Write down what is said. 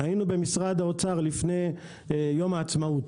היינו במשרד האוצר לפני יום העצמאות.